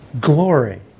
glory